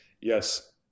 Yes